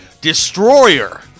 Destroyer